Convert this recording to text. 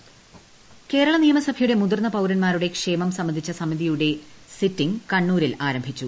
നിയമസഭ സിറ്റിംഗ് കേരള നിയമസഭയുടെ മുതിർന്ന പൌരന്മാരുടെ ക്ഷേമം സംബന്ധിച്ച സമിതിയുടെ സിറ്റിംഗ് കണ്ണൂരിൽ ആരംഭിച്ചു